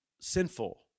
sinful